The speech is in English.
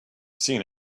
seen